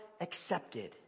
accepted